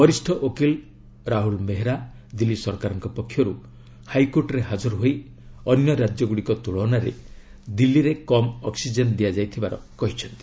ବରିଷ୍ଣ ଓକିଲ ରାହୁଲ ମେହେରା ଦିଲ୍ଲୀ ସରକାରଙ୍କ ପକ୍ଷରୁ ହାଇକୋର୍ଟରେ ହାଜର ହୋଇ ଅନ୍ୟ ରାଜ୍ୟ ଗୁଡ଼ିକ ତୁଳନାରେ ଦିଲ୍ଲୀରେ କମ୍ ଅକ୍ନିଜେନ୍ ଦିଆଯାଇଥିବାର କହିଛନ୍ତି